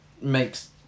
makes